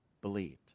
believed